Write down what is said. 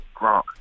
Gronk